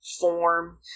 form